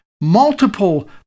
multiple